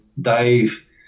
Dave